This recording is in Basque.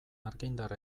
argindar